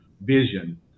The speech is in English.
vision